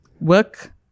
work